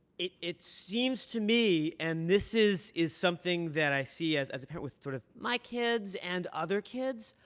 it it seems to me, and this is is something that i see as as a parent with sort of my kids and other kids,